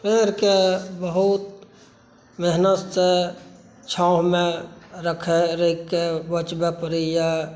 पेड़के बहुत मेहनतसॅं छाँवमे राख़िकऽ बचबै परै यऽ